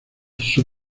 sub